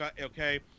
Okay